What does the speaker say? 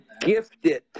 gifted